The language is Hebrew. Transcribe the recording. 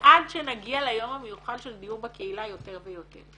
ועד שנגיע ליום המיוחל של דיור בקהילה יותר ויותר,